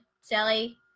Sally